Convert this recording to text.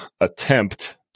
attempt